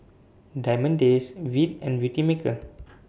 Diamond Days Veet and Beautymaker